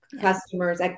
customers